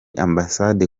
ambasade